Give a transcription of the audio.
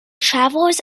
travels